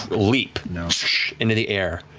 leap into the air.